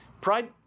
Pride